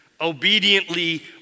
obediently